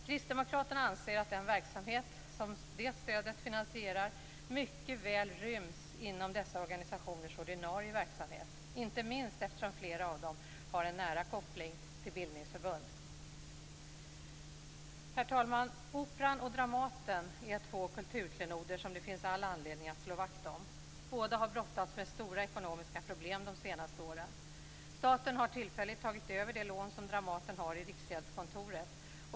Kristdemokraterna anser att den verksamhet som detta stöd finansierar mycket väl ryms inom dessa organisationers ordinarie verksamhet, inte minst eftersom flera av dem har en nära koppling till bildningsförbund. Herr talman! Operan och Dramaten är två kulturklenoder som det finns all anledning att slå vakt om. Båda har brottats med stora ekonomiska problem de senaste åren. Staten har tillfälligt tagit över det lån som Dramaten har i Riksgäldskontoret.